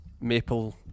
maple